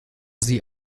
sie